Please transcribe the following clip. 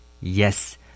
Yes